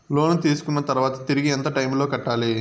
లోను తీసుకున్న తర్వాత తిరిగి ఎంత టైములో కట్టాలి